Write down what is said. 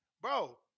Bro